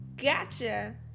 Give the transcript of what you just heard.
gotcha